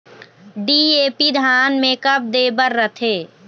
DAP धान मे कब दे बर रथे?